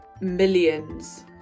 millions